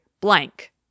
blank